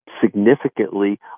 significantly